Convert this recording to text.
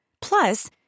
Plus